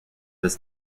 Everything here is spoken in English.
this